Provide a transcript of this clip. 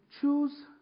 Choose